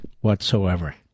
whatsoever